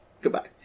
Goodbye